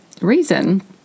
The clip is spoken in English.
reason